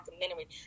documentary